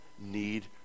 need